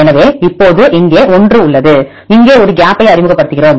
எனவே இப்போது இங்கே 1 உள்ளது இங்கே ஒரு கேப்பை அறிமுகப்படுத்துகிறோம்